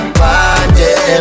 party